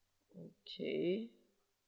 okay